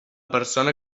persona